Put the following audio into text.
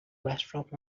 restaurant